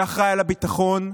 שאחראי על הביטחון,